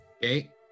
Okay